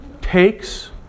takes